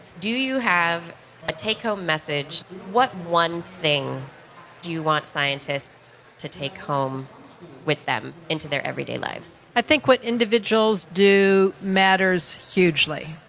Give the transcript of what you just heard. do you have a take-home message? what one thing do you want scientists to take home with them into their everyday lives? lives? i think what individuals do matters hugely.